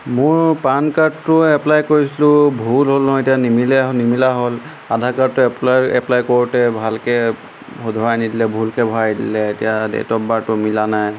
মোৰ পান কাৰ্ডটো এপ্লাই কৰিছিলোঁ ভুল হ'ল নহয় এতিয়া নিমিলে হ'ল নিমিলা হ'ল আধাৰ কাৰ্ডটো এপ্লাই এপ্লাই কৰোঁতে ভালকৈ শুধৰাই নিদিলে ভুলকৈ ভৰাই দিলে এতিয়া ডেট অফ বাৰটো মিলা নাই